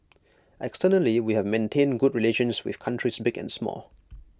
externally we have maintained good relations with countries big and small